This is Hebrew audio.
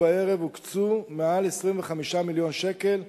ובערב הוקצו מעל 25 מיליון שקל,